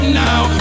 now